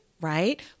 right